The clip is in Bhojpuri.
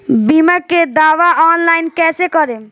बीमा के दावा ऑनलाइन कैसे करेम?